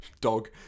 dog